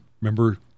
Remember